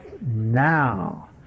now